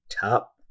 top